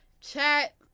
Chat